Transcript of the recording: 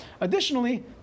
Additionally